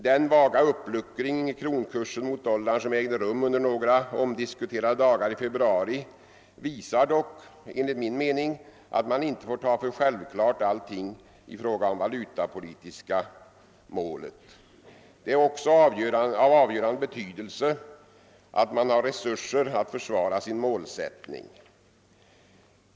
Den vaga uppluckring i kronkursen mot dollarn som ägde rum under några diskussionsfyllda dagar i februari visar dock enligt min mening att man inte får ta allting för självklart i fråga om det valutapolitiska målet. Det är också av avgörande betydelse att man har resurser att försvara sin målsättning.